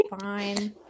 fine